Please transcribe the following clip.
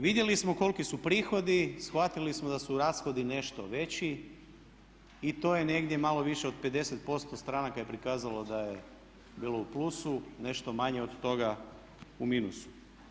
Vidjeli smo koliko su prihodi, shvatili smo da su rashodi nešto veći i to je negdje malo više od 50% stranaka je prikazalo da je bilo u plusu, nešto manje od toga u minusu.